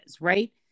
right